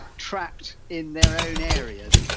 trapped in their own areas.